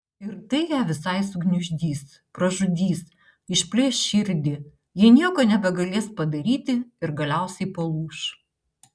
ir tai ją visai sugniuždys pražudys išplėš širdį ji nieko nebegalės padaryti ir galiausiai palūš